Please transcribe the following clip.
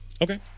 Okay